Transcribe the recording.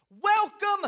Welcome